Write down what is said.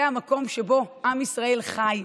זה המקום שבו עם ישראל חי,